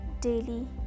daily